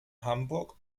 hamburg